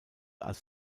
als